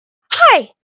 hi